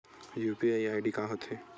UPI ID का होथे?